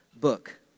book